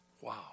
Wow